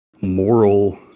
moral